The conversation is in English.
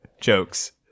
jokes